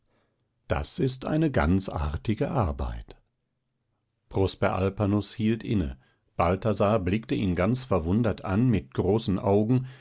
das ist eine ganz artige arbeit prosper alpanus hielt inne balthasar blickte ihn ganz verwundert an mit großen augen